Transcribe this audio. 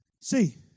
See